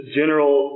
general